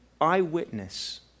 eyewitness